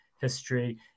history